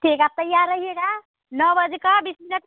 ठीक आप तैयार रहिएगा नौ बजे का बीस मिनट में